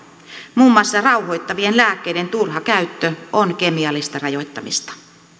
muun muassa rauhoittavien lääkkeiden turha käyttö on kemiallista rajoittamista